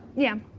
yeah.